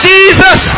Jesus